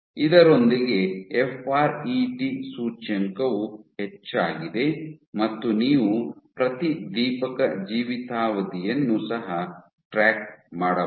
ಇದರೊಂದಿಗೆ F R E T ಸೂಚ್ಯಂಕವು ಹೆಚ್ಚಾಗಿದೆ ಮತ್ತು ನೀವು ಪ್ರತಿದೀಪಕ ಜೀವಿತಾವಧಿಯನ್ನು ಸಹ ಟ್ರ್ಯಾಕ್ ಮಾಡಬಹುದು